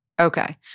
Okay